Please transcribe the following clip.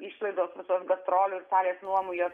išlaidos visos gastrolių ir salės nuomų jos